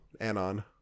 Anon